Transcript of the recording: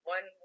One